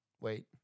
Wait